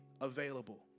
available